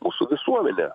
mūsų visuomenę